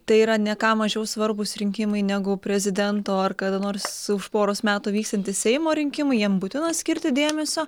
tai yra ne ką mažiau svarbūs rinkimai negu prezidento ar kada nors už poros metų vyksiantys seimo rinkimai jiem būtina skirti dėmesio